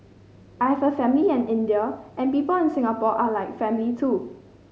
I have a family in India and people in Singapore are like family too